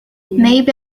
maybe